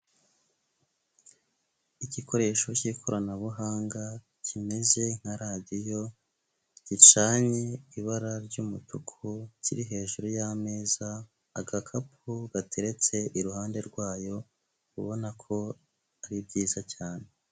Igikoresho cy'ikoranabuhanga kimeze nka radiyo, gicanye ibara ry'umutuku, kiri hejuru y'ameza, agakapu gateretse iruhande rwayo, ubona ko ari byiza cyane.